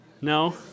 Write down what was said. No